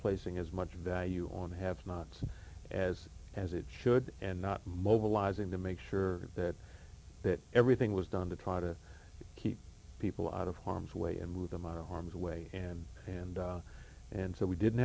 placing as much value on have nots as as it should and not mobilizing to make sure that that everything was done to try to keep people out of harm's way and move them out of harm's way and and and so we didn't